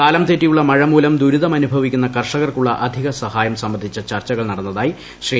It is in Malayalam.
കാലം തെറ്റിയുള്ള മഴ മൂലം ദുരിതമനുഭവിക്കുന്ന കർഷകർക്കുള്ള അധിക സഹായം സംബന്ധിച്ച ചർച്ചകൾ നടന്നതായി ശ്രീ